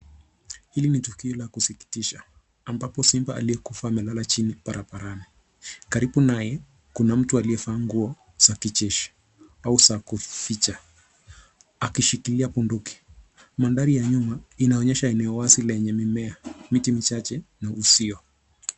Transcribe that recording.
Hili ni tukio la kusikitisha, ambapo simba aliyekufa amelala chini barabarani. Karibu naye, kuna mtu aliyevaa nguo za kijeshi au za kuficha akishikilia bunduki. Mandhari ya nyuma inaonyesha eneo wazi lenye mimea, miti michache na uzio.